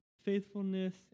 faithfulness